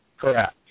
Correct